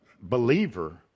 believer